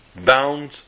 bound